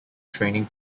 training